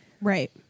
Right